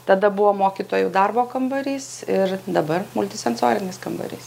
tada buvo mokytojų darbo kambarys ir dabar multisensorinis kambarys